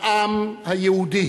לעם היהודי